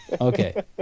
Okay